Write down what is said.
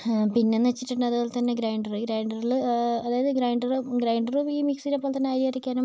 പിന്നെയെന്ന് വെച്ചിട്ടുണ്ടെ അതു പോലെ തന്നെ ഗ്രൈൻഡർ ഗ്രൈൻഡറിൽ അതായത് ഗ്രൈൻഡർ ഗ്രൈൻഡറും ഈ മിക്സിയെ പോലെ തന്നെ അരിയരക്കാനും